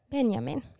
Benjamin